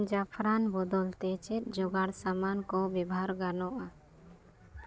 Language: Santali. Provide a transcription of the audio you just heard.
ᱡᱟᱯᱷᱨᱟᱱ ᱵᱚᱫᱚᱞᱛᱮ ᱪᱮᱫ ᱡᱚᱜᱟᱲ ᱥᱟᱢᱟᱱ ᱠᱚ ᱵᱮᱵᱷᱟᱨ ᱜᱟᱱᱚᱜᱼᱟ